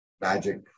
magic